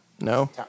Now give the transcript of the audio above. No